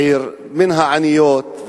עיר מן העניות,